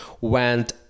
went